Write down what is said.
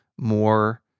more